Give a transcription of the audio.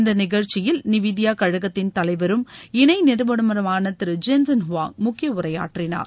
இந்த நிகழ்ச்சியில் நிவிதியா கழகத்தின் தலைவரும் இணை நிறுவனருமான திரு ஜென்சன் ஹூவாங் முக்கிய உரையாற்றினார்